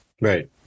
Right